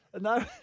No